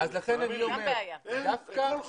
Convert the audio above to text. בכל חוק,